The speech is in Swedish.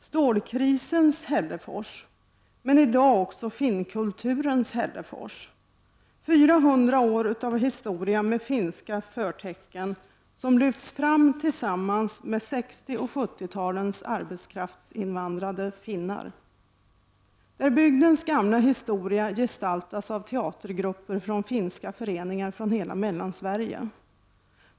Stålkrisens Hällefors, men i dag också Finnkulturens Hällefors, 400 år av historia med finska förtecken som lyfts fram tillsammans med 60 och 70-talens arbetskraftsinvandrade finnar. Där gestaltas bygdens gamla historia av teatergrupper från finska föreningar från hela Mellansverige.